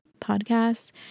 Podcasts